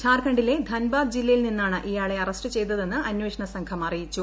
ഝാർഖണ്ഡിലെ ധൻബാദ് ജില്ലയിൽ നിന്നാണ് ഇയാളെ അറസ്റ്റ് ചെയ്തതെന്ന് അന്വേഷണ സംഘം അറിയിച്ചു